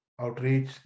outreach